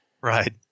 Right